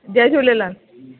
Jay Jhulelal